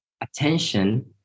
attention